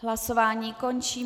Hlasování končím.